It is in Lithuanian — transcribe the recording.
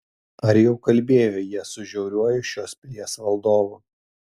ar jau kalbėjo jie su žiauriuoju šios pilies valdovu